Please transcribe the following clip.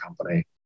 company